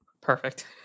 Perfect